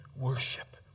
worship